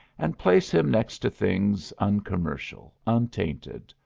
and place him next to things uncommercial, untainted,